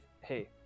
hey